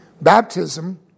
Baptism